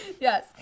Yes